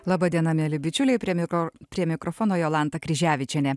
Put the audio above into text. laba diena mieli bičiuliai prie mikro prie mikrofono jolanta kryževičienė